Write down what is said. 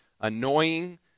annoying